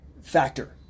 factor